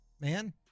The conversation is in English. man